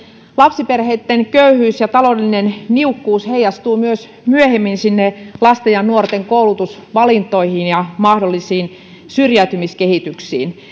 lapsiperheitten köyhyys ja taloudellinen niukkuus heijastuvat myös myöhemmin lasten ja nuorten koulutusvalintoihin ja mahdollisiin syrjäytymiskehityksiin